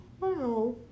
wow